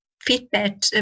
feedback